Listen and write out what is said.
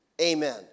Amen